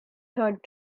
third